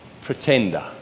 pretender